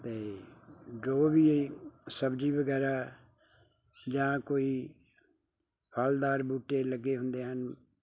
ਅਤੇ ਜੋ ਵੀ ਸਬਜ਼ੀ ਵਗੈਰਾ ਜਾਂ ਕੋਈ ਫਲਦਾਰ ਬੂਟੇ ਲੱਗੇ ਹੁੰਦੇ ਹਨ